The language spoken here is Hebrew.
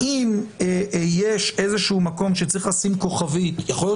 האם יש איזשהו מקום שצריך לשים כוכבית יכול להיות